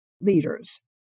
leaders